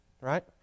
right